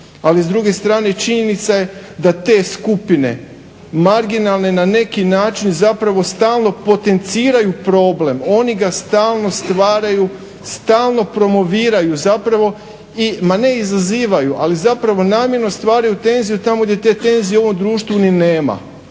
Ali s druge strane činjenica je da te skupine marginalne na neki način zapravo stalno potenciraju problem, oni ga stalno stvaraju, stalno promoviraju zapravo i, ma ne izazivaju, ali zapravo namjerno stvaraju tenziju tamo gdje te tenzije u ovom društvu ni nema.